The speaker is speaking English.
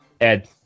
Ed